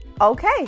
Okay